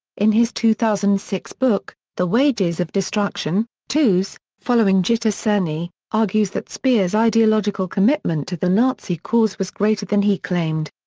in his two thousand and six book, the wages of destruction, tooze, following gitta sereny, argues that speer's ideological commitment to the nazi cause was greater than he claimed.